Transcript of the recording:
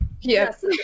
Yes